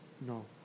No